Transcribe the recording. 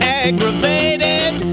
aggravated